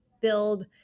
build